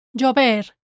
llover